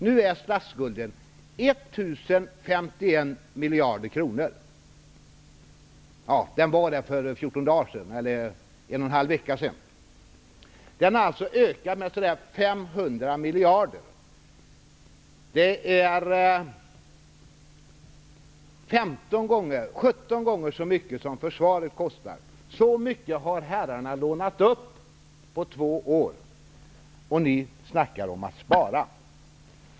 Nu är statsskulden 1 051 miljarder kronor -- det var den för fjorton dagar sedan. Den har alltså ökat med drygt 500 miljarder. Det är 17 gånger så mycket som försvaret kostar. Så mycket har herrarna lånat upp på två år, och ni talar om att spara!